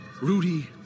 Rudy